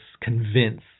convince